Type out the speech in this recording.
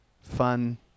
fun